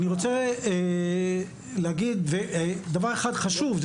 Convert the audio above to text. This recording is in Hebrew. אני רוצה להגיד דבר אחד חשוב,